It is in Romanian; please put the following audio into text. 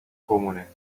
comune